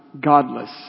godless